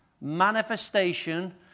manifestation